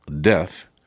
death